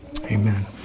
amen